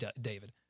David